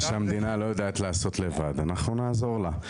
מה שהמדינה לא יודעת לעשות לבד, אנחנו נעזור לה.